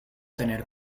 tener